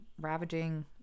ravaging